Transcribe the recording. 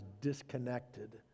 disconnected